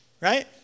Right